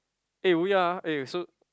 eh oh ya eh so